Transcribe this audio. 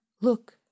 Look